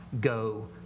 go